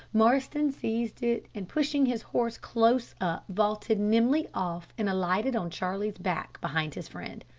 marston seized it, and pushing his horse close up, vaulted nimbly off and alighted on charlie's back behind his friend.